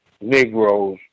Negroes